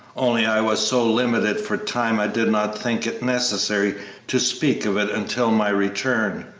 only i was so limited for time i did not think it necessary to speak of it until my return.